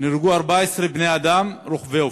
נהרגו 14 בני-אדם רוכבי אופניים,